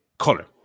color